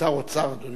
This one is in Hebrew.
כשר אוצר, אדוני.